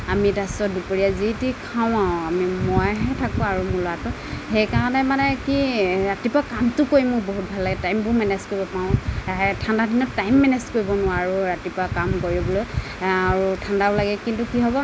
আমি তাৰপিছত দুপৰীয়া যি টি খাওঁ আৰু আমি মই হে থাকোঁ আৰু মোৰ ল'ৰাটো সেইকাৰণে মানে কি ৰাতিপুৱা কামটো কৰি মোৰ বহুত ভাল লাগে টাইমটো মেনেজ কৰিব পাৰোঁ এ ঠাণ্ডা দিনত টাইম মেনেজ কৰিব নোৱাৰোঁ ৰাতিপুৱা কাম কৰিবলে ঠাণ্ডাও লাগে কিন্তু কি হ'ব